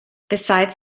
besides